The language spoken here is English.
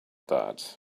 that